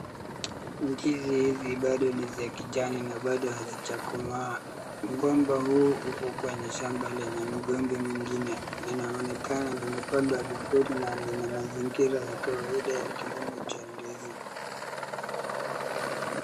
Ndizi hizi bado ni za kijani na bado hazijakomaa. Mgomba huu uko kwenye shamba lenye migomba mingine. Linaonekana limepandwa vizuri na lina mazingira ya kawaida ya kilimo cha ndizi.